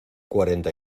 cuarenta